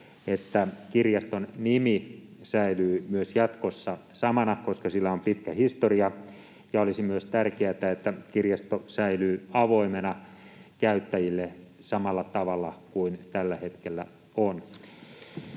että kirjaston nimi säilyy myös jatkossa samana, koska sillä on pitkä historia. Ja olisi myös tärkeätä, että kirjasto säilyy avoimena käyttäjille samalla tavalla kuin se tällä hetkellä on.